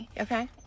Okay